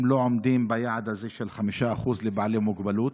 לא עומדים ביעד הזה של 5% לבעלי מוגבלות.